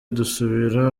dusubira